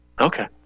Okay